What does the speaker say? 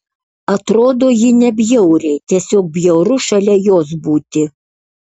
atrodo ji nebjauriai tiesiog bjauru šalia jos būti